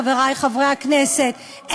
חברי חברי הכנסת,